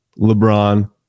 LeBron